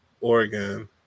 Oregon